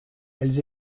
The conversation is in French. elles